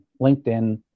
LinkedIn